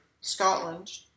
Scotland